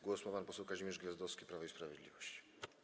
Głos ma pan poseł Kazimierz Gwiazdowski, Prawo i Sprawiedliwość.